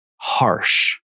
harsh